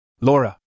Laura